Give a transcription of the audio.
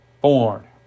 Born